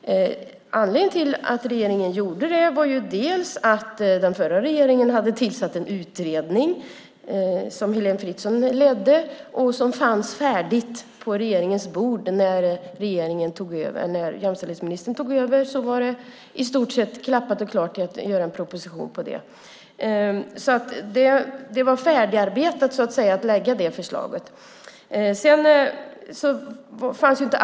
Anledningen till att regeringen gjorde det var bland annat att den förra regeringen hade tillsatt en utredning, som Heléne Fritzon ledde. Den fanns färdig på regeringens bord när regeringen tog över. När jämställdhetsministern tog över var det i stort sett klappat och klart för att göra en proposition om det. Det var färdigarbetat, så att säga, när det gällde att lägga fram det förslaget.